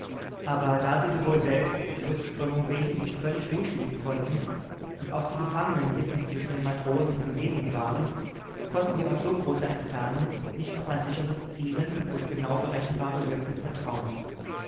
aber da sie sowohl selbst der luftströmung wegen nicht völlig ruhig liegen konnten und auch die gefangenen mitten zwischen den matrosen in bewegung waren konnten sie aus so großer entfernung nicht auf ein sicheres zielen und genau berechenbare wirkung vertrauen